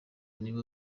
nibo